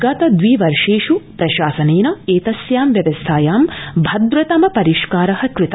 गत द्वि वर्षेषु प्रशासनेन एतस्यां व्यस्थायां भद्रतम परिष्कार कृत